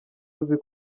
uzi